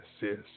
yes